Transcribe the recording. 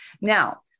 Now